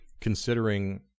considering